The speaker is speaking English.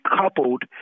coupled